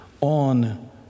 on